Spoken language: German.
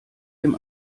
dem